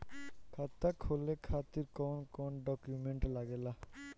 खाता खोले खातिर कौन कौन डॉक्यूमेंट लागेला?